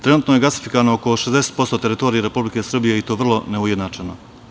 Trenutno je gasifikovano oko 60% teritorije Republike Srbije i to vrlo neujednačeno.